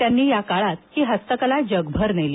त्यांनी या काळात हस्तकला जगभर नेली